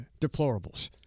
deplorables